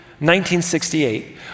1968